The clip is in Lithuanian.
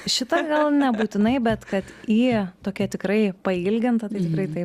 šita gal nebūtinai bet kad y tokia tikrai pailginta tai tikrai taip